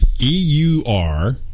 E-U-R